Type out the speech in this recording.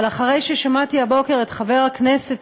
אבל אחרי ששמעתי הבוקר את חבר הכנסת